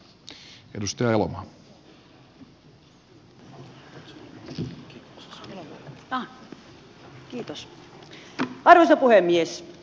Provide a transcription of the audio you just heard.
arvoisa puhemies